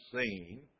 seen